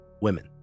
women